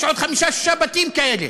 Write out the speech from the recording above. יש עוד חמישה-שישה בתים כאלה.